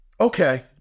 Okay